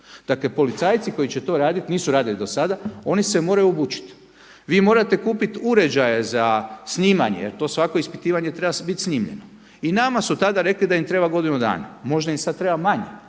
Dakle, policajci koji će to raditi nisu radili do sada. Oni se moraju obučiti. Vi morate kupit uređaje za snimanje, jer to svako ispitivanje treba bit snimljeno. I nama su tada rekli da im treba godinu dana. Možda im sad treba manje,